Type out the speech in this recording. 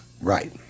Right